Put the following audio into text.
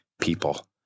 people